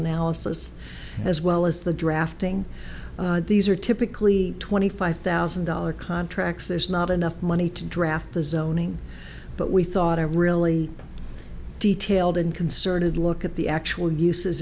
analysis as well as the drafting these are typically twenty five thousand dollar contracts there's not enough money to draft the zoning but we thought a really detailed and concerted look at the actual uses